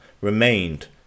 remained